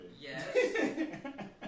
Yes